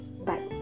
Bye